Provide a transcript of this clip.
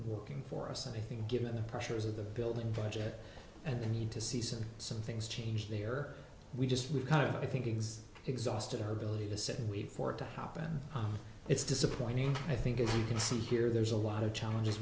working for us and i think given the pressures of the building budget and the need to season some things change they are we just we kind of i think exist exhausted her ability to sit and wait for it to happen it's disappointing i think as you can see here there's a lot of challenges